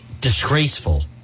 disgraceful